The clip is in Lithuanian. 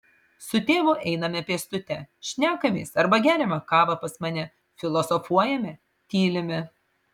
su tėvu einame pėstute šnekamės arba geriame kavą pas mane filosofuojame tylime